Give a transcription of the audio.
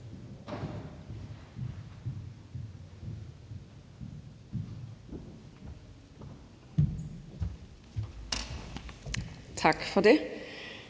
Tak for det.